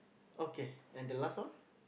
okay and the last one